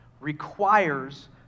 requires